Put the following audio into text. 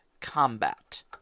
combat